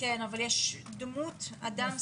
כן אבל יש דמות, אדם?